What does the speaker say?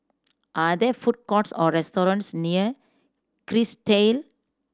are there food courts or restaurants near Kerrisdale